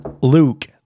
Luke